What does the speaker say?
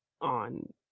on